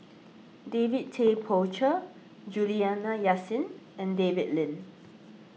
David Tay Poey Cher Juliana Yasin and David Lim